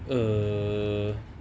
err